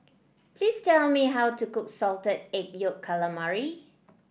please tell me how to cook Salted Egg Yolk Calamari